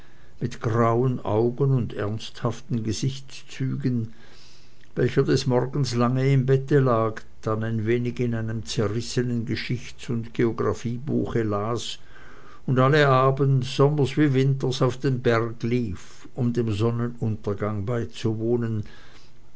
mit grauen augen und ernsthaften gesichtszügen welcher des morgens lang im bette lag dann ein wenig in einem zerrissenen geschichts und geographiebuche las und alle abend sommers wie winters auf den berg lief um dem sonnenuntergang beizuwohnen